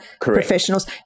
professionals